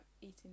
eating